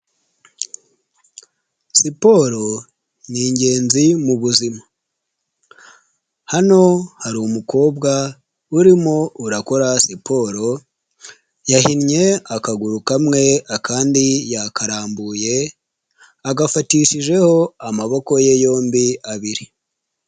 Siporo ni igenzi mu buzima. Hano hari umukobwa urimo urakora siporo, yahinnye akaguru kamwe akandi yakarambuye, agafatishijeho amaboko ye yombi abiri.